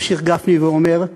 ממשיך גפני ואומר,